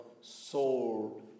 soul